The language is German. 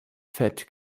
fett